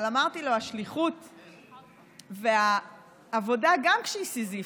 אבל אמרתי לו: השליחות והעבודה, גם כשהיא סיזיפית,